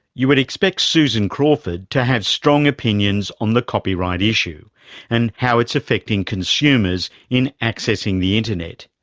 you would expect susan crawford to have strong opinions on the copyright issue and how it's affecting consumers in accessing the internet.